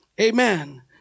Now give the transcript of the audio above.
Amen